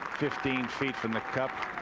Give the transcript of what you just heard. fifteen feet from the cup.